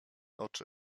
oczy